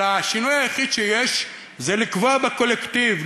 אלא השינוי היחיד שיש, זה לפגוע בקולקטיב.